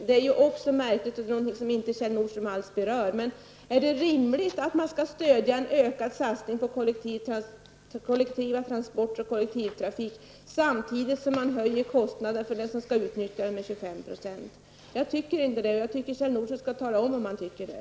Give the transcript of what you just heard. Det är märkligt att Kjell Nordström inte alls berör kollektivtrafiken. Men är det rimligt att man skall stödja en ökad satsning på och kollektivtrafik samtidigt som man höjer kostnaderna med 25 % för dem som skall utnyttja den? Jag tycker inte det, och jag tycker att Kjell Nordström skall redogöra för om han tycker det.